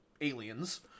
aliens